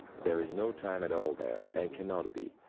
there is no time at all there. and cannot be.